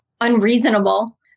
unreasonable